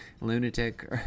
lunatic